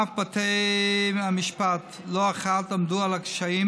אף בתי המשפט לא אחת עמדו על הקשיים